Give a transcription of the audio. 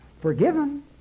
Forgiven